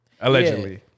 Allegedly